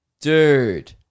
dude